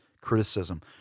criticism